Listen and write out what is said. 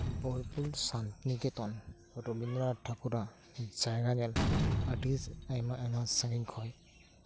ᱵᱳᱞᱯᱩᱨ ᱥᱟᱱᱛᱤᱱᱤᱠᱮᱛᱚᱱ ᱨᱚᱵᱤᱱᱫᱨᱚ ᱱᱟᱛᱷ ᱴᱷᱟᱠᱩᱨᱟᱜ ᱡᱟᱭᱜᱟ ᱧᱮᱞ ᱟᱹᱰᱤ ᱟᱭᱢᱟ ᱟᱭᱢᱟ ᱥᱟᱹᱜᱤᱧ ᱠᱷᱚᱱ